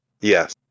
Yes